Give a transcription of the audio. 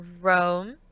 Rome